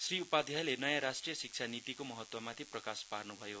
श्री उपाध्यायले नयाँ राष्ट्रिय शिक्षा नीतिको महत्त्वमाथि प्रकाश पार्नुभयो